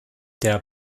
der